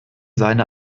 seine